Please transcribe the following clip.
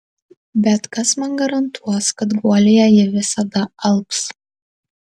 bet kas man garantuos kad guolyje ji visada alps